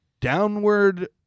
downward